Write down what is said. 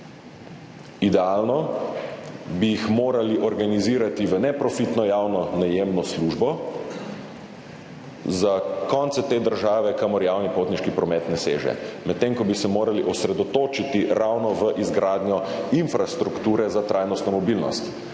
Idealno bi jih morali organizirati v neprofitno javno najemno službo za konce te države, kamor javni potniški promet ne seže, medtem ko bi se morali osredotočiti ravno v izgradnjo infrastrukture za trajnostno mobilnost,